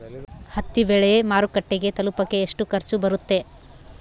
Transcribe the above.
ಹತ್ತಿ ಬೆಳೆ ಮಾರುಕಟ್ಟೆಗೆ ತಲುಪಕೆ ಎಷ್ಟು ಖರ್ಚು ಬರುತ್ತೆ?